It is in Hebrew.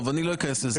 אני לא אכנס לזה.